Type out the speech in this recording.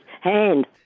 hand